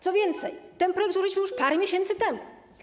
Co więcej, ten projekt złożyliśmy już parę miesięcy temu.